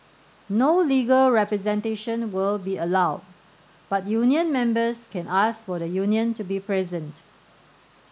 no legal representation will be allowed but union members can ask for the union to be present